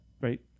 Right